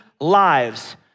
lives